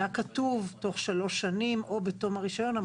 כתוב תוך שלוש שנים או בתום הרישיון.